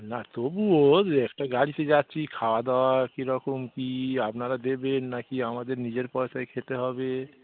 না তবুও একটা গাড়িতে যাচ্ছি খাওয়া দাওয়া কীরকম কি আপনারা দেবেন না কি আমাদের নিজের পয়সায় খেতে হবে